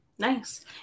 Nice